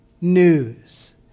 news